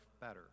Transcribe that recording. better